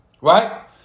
Right